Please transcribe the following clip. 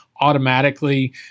Automatically